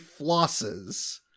flosses